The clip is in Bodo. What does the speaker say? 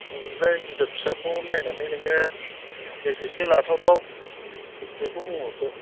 ओमफ्राय गिदिर फिसाखौ नायनानै नोङो बेसेसो लाथावथाव बेखौ बुंहरदो